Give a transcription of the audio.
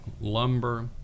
lumber